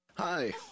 Hi